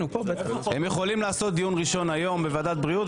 הם יכולים לקיים דיון ראשון היום בוועדת הבריאות,